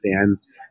fans